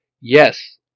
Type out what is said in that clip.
Yes